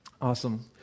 Awesome